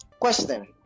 Question